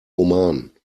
oman